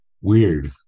weird